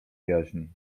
jaźni